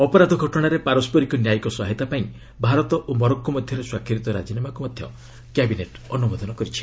ଅପରାଧ ଘଟଣାରେ ପାରସ୍କରିକ ନ୍ୟାୟିକ ସହାୟତା ପାଇଁ ଭାରତ ଓ ମରୋକୋ ମଧ୍ୟରେ ସ୍ୱାକ୍ଷରିତ ରାଜିନାମାକୁ ମଧ୍ୟ କ୍ୟାବିନେଟ୍ ଅନ୍ତମୋଦନ କରିଛି